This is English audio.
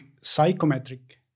psychometric